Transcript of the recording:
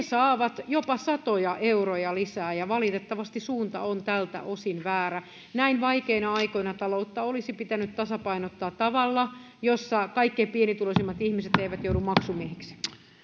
saavat jopa satoja euroja lisää valitettavasti suunta on tältä osin väärä näin vaikeina aikoina taloutta olisi pitänyt tasapainottaa tavalla jossa kaikkein pienituloisimmat ihmiset eivät joudu maksumiehiksi